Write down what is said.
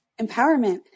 Empowerment